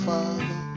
Father